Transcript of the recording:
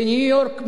בניו-יורק,